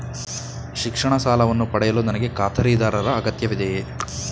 ಶಿಕ್ಷಣ ಸಾಲವನ್ನು ಪಡೆಯಲು ನನಗೆ ಖಾತರಿದಾರರ ಅಗತ್ಯವಿದೆಯೇ?